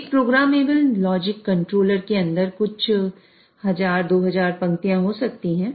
एक programmable logic controller के अंदर कुछ 1000 2000 पंक्तियाँ हो सकती हैं